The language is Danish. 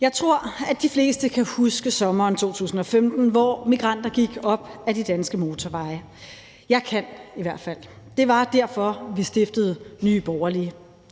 Jeg tror, at de fleste kan huske sommeren 2015, hvor migranter gik op ad de danske motorveje. Jeg kan i hvert fald. Det var derfor, vi stiftede Nye Borgerlige.